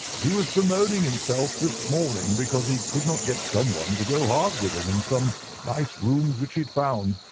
he was bemoaning himself this morning because he could not get someone to go halves with him in some nice rooms which he had found,